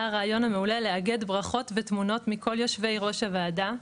הרעיון המעולה לאגד ברכות ותמונות מכל יושבי ראש הוועדה,